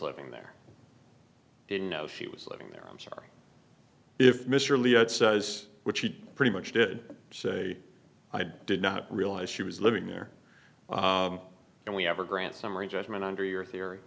living there didn't know she was living there i'm sorry if mr leo was which he pretty much did say i did not realize she was living there and we have a grant summary judgment under your theory